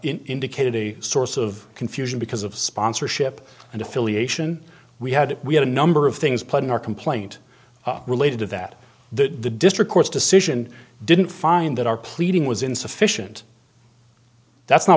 indicated a source of confusion because of sponsorship and affiliation we had we had a number of things put in our complaint related to that the the district court's decision didn't find that our pleading was insufficient that's not